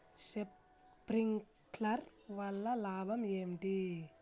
Sprinkler వల్ల లాభం ఏంటి?